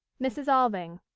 mrs. alving.